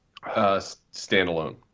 Standalone